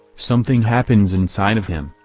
something happens inside of him,